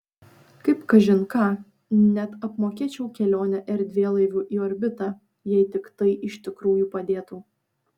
kaip kažin ką net apmokėčiau kelionę erdvėlaiviu į orbitą jei tik tai iš tikrųjų padėtų